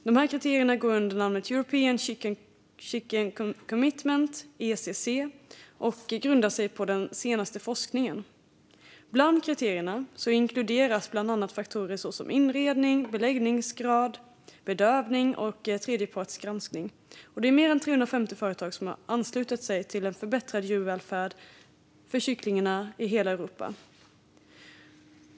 Dessa kriterier går under namnet European Chicken Commitment, ECC, och grundar sig på den senaste forskningen. Kriterierna inkluderar bland annat faktorer som inredning, beläggningsgrad, bedövning och tredjepartsgranskning. Mer än 350 företag har anslutit sig, för en förbättrad djurvälfärd för kycklingar i hela Europa.